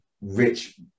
rich